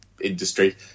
industry